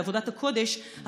בעבודת הקודש,